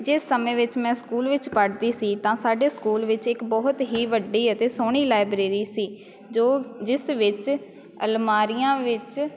ਜਿਸ ਸਮੇਂ ਵਿੱਚ ਮੈਂ ਸਕੂਲ ਵਿੱਚ ਪੜ੍ਹਦੀ ਸੀ ਤਾਂ ਸਾਡੇ ਸਕੂਲ ਵਿੱਚ ਇੱਕ ਬਹੁਤ ਹੀ ਵੱਡੀ ਅਤੇ ਸੋਹਣੀ ਲਾਇਬ੍ਰੇਰੀ ਸੀ ਜੋ ਜਿਸ ਵਿੱਚ ਅਲਮਾਰੀਆਂ ਵਿੱਚ